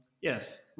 yes